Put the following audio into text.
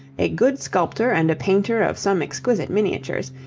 a good sculptor and a painter of some exquisite miniatures,